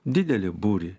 didelį būrį